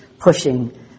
pushing